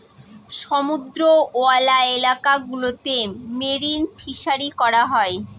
সমুদ্রওয়ালা এলাকা গুলোতে মেরিন ফিসারী করা হয়